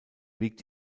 liegt